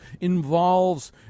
involves